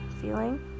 feeling